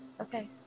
Okay